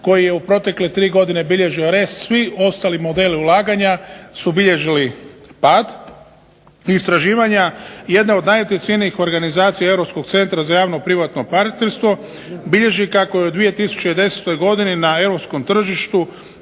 koji je u protekle tri godine bilježio rast, svi ostali modeli ulaganja su bilježili pad i istraživanja jedne od najutjecajnijih organizacija Europskog centra za javno-privatno partnerstvo bilježi kako je u 2010. godini na